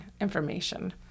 information